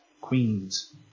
queens